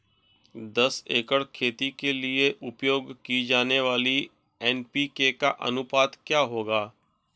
दस एकड़ खेती के लिए उपयोग की जाने वाली एन.पी.के का अनुपात क्या होगा?